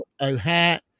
O'Hare